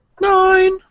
Nine